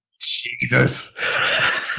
Jesus